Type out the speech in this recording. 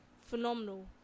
phenomenal